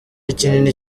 kinini